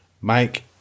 Mike